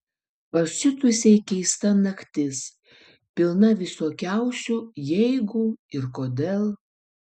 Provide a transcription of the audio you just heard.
pasiutusiai keista naktis pilna visokiausių jeigu ir kodėl